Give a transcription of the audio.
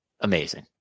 amazing